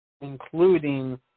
including